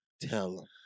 Tell